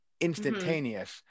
instantaneous